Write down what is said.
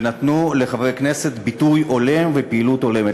ונתנו לחברי הכנסת ביטוי הולם ופעילות הולמת.